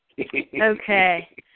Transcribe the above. Okay